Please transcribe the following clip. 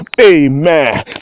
amen